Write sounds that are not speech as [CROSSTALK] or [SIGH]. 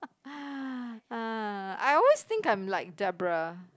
[NOISE] ah I always think I'm like Debra